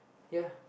ya